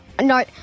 No